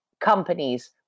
companies